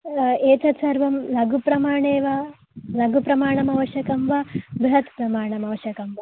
एतत् सर्वं लघु प्रमाणे वा लघु प्रमाणम् अवश्यकं वा बृहत्प्रमाणम् अवश्यकं वा